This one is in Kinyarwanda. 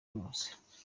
bose